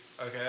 Okay